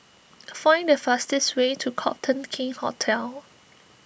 find the fastest way to Copthorne King's Hotel